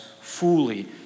fully